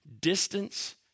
Distance